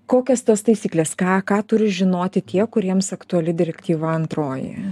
kokios tos taisyklės ką ką turi žinoti tie kuriems aktuali direktyva antroji